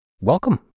welcome